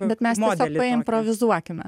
bet mes tiesiog paimprovizuokime